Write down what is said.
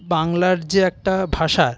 বাংলা যে একটা ভাষা